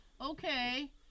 okay